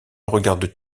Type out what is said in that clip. regarde